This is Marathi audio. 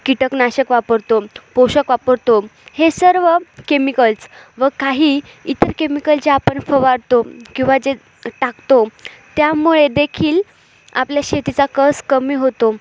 कीटकनाशक वापरतो पोषक वापरतो हे सर्व केमिकल्स व काही इतर केमिकल जे आपण फवारतो किंवा जे टाकतो त्यामुळे देखील आपल्या शेतीचा कस कमी होतो